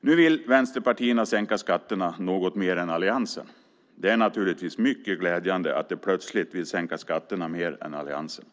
Nu vill vänsterpartierna sänka skatterna något mer än alliansen. Det är naturligtvis glädjande att de plötsligt vill sänka skatterna mer än alliansen.